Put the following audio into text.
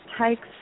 takes